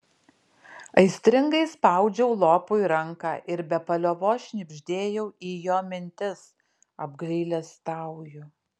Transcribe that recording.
aistringai spaudžiau lopui ranką ir be paliovos šnibždėjau į jo mintis apgailestauju